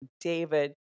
David